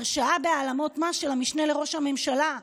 הרשעה בהעלמות מס של המשנה לראש הממשלה,